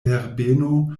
herbeno